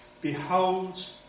Behold